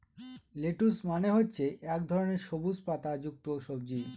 lettuce মানে হচ্ছে এক ধরনের সবুজ পাতা যুক্ত সবজি